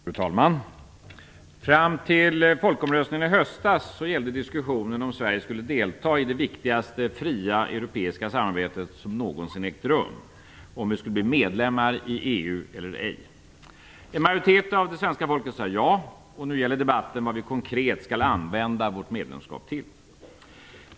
Fru talman! Fram till folkomröstningen i höstas gällde diskussionen om Sverige skulle delta i det viktigaste fria europeiska samarbete som någonsin ägt rum, om vi skulle bli medlem i EU eller ej. En majoritet av svenska folket sade ja, och nu gäller debatten vad vi konkret skall använda vårt medlemskap till.